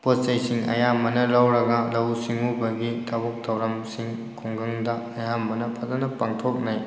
ꯄꯣꯠ ꯆꯩꯁꯤꯡ ꯑꯌꯥꯝꯕꯅ ꯂꯧꯔꯒ ꯂꯧꯎ ꯁꯤꯡꯎꯕꯒꯤ ꯊꯕꯛ ꯊꯧꯔꯝꯁꯤꯡ ꯈꯨꯡꯒꯪꯗ ꯑꯌꯥꯝꯕꯅ ꯐꯖꯅ ꯄꯥꯡꯊꯣꯛꯅꯩ